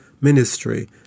Ministry